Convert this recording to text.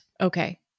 Okay